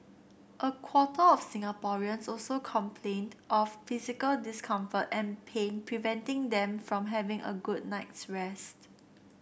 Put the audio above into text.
a quarter of Singaporeans also complained of physical discomfort and pain preventing them from having a good night's rest